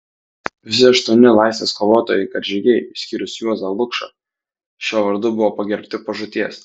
visi aštuoni laisvės kovotojai karžygiai išskyrus juozą lukšą šiuo vardu buvo pagerbti po žūties